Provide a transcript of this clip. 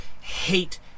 hate